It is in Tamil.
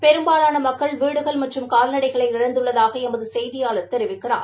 பெரும்பாலான மக்கள் வீடுகள் மற்றும் கால்கடைகளை இழந்துள்ளதாக எமது செய்தியாளர் தெரிவிக்கிறார்